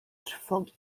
trwogi